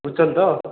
ବୁଝୁଛନ୍ତି ତ